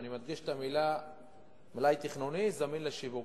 ואני מדגיש את המלים "מלאי תכנוני זמין לשיווק".